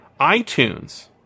iTunes